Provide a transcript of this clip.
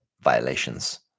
violations